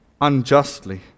unjustly